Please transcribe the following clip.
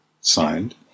signed